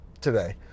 today